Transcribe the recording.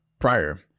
Prior